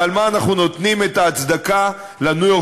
ועל מה אנחנו נותנים את ההצדקה ל"ניו-יורק